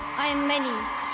i am many.